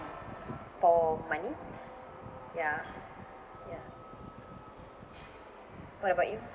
for money ya ya what about you